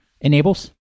enables